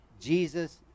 Jesus